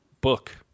book